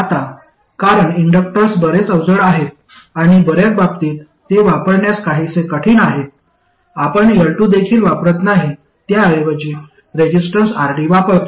आता कारण इंडक्टर्स बरेच अवजड आहेत आणि बर्याच बाबतीत ते वापरण्यास काहीसे कठीण आहेत आपण L2 देखील वापरत नाही त्याऐवजी रेसिस्टन्स RD वापरतो